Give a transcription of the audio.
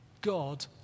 God